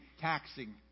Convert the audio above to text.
taxing